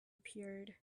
appeared